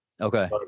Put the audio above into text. Okay